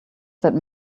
that